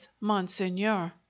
monseigneur